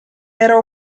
era